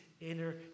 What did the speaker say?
inner